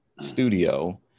studio